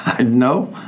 No